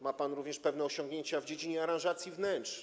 Ma pan też pewne osiągnięcia w dziedzinie aranżacji wnętrz.